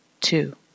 Two